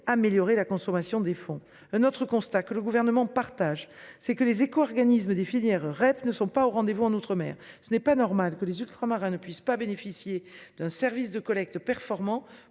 améliorer la consommation des fonds. Un autre constat que le gouvernement partage c'est que les éco-organismes des filières REP ne sont pas au rendez-vous en outre-mer ce n'est pas normal que les ultramarins ne puissent pas bénéficier d'un service de collecte performant